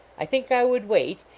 i think i would wait,